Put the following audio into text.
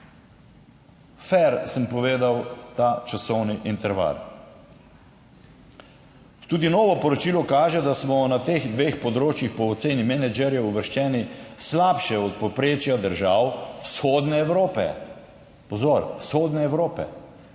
sem povedal ta časovni interval. Tudi novo poročilo kaže, da smo na teh dveh področjih po oceni menedžerjev uvrščeni slabše od povprečja držav vzhodne Evrope. Pozor, vzhodne Evrope!